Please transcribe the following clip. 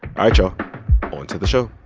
right, y'all, on to the show